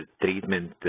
treatment